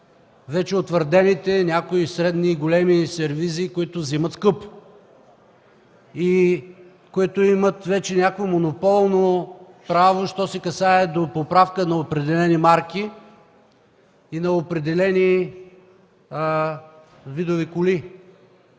вече утвърдени средни и големи сервизи, които взимат скъпо и имат вече някакво монополно право, що се касае до поправка на определени марки и на определени видове коли.